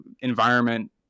environment